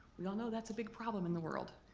we all know that's a big problem in the world.